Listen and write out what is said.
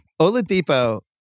Oladipo